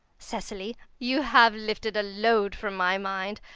cecily, you have lifted a load from my mind.